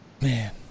Man